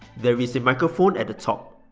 there is a microphone at the top,